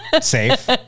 safe